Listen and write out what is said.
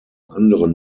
anderen